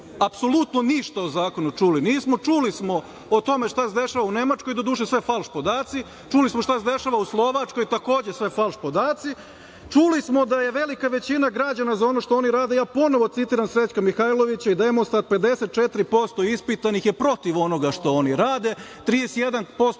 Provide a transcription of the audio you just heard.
apsolutno ništa o zakonu čuli nismo. Čuli smo o tome šta se dešava u Nemačkoj, doduše sve falš podaci, čuli smo šta se dešava u Slovačkoj, takođe sve falš podaci. Čuli smo da je velika većina građana za ono što oni rade, ponovo citiram, Srećka Mihajlovića i „Demostat“ 54% ispitanih je protiv onoga što oni rade, 31%